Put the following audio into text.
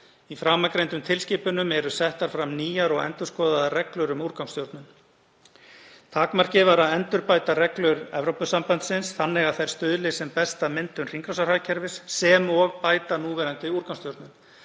Í framangreindum tilskipunum eru settar fram nýjar og endurskoðaðar reglur um úrgangsstjórnun. Takmarkið var að endurbæta reglur Evrópusambandsins þannig að þær stuðli sem best að myndun hringrásarhagkerfis, sem og að bæta núverandi úrgangsstjórnun.